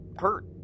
hurt